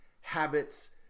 habits